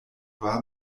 war